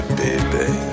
baby